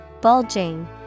Bulging